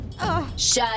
Shut